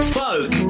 folk